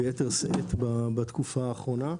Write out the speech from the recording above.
וביתר שאת בתקופה האחרונה: